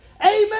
Amen